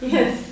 Yes